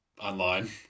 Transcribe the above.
online